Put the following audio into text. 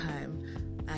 time